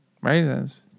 right